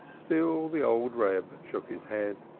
still the old reb shook his head.